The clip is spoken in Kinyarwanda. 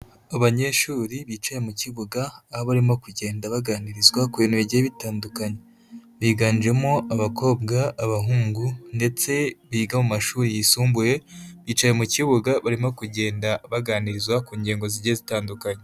Abanyeshuri bicaye mu kibuga aho barimo kugenda baganirizwa ku bintu bigiye bitandukanye, biganjemo abakobwa, abahungu ndetse biga mu mashuri yisumbuye, bicaye mu kibuga barimo kugenda baganizwa ku ngingo zigiye zitandukanye.